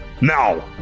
Now